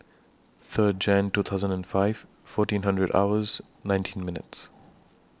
Third Jan two thousand and five fourteen hundred hours nineteen minutes